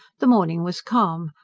the morning was calm,